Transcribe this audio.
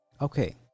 Okay